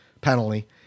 penalty